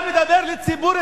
אתה מדבר לציבור,